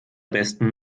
besten